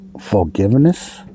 forgiveness